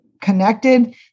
connected